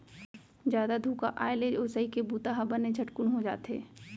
जादा धुका आए ले ओसई के बूता ह बने झटकुन हो जाथे